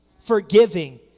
forgiving